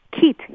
kit